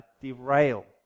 derail